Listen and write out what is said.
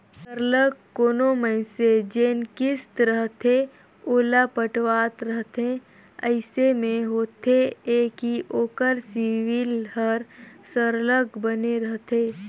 सरलग कोनो मइनसे जेन किस्त रहथे ओला पटावत रहथे अइसे में होथे ए कि ओकर सिविल हर सरलग बने रहथे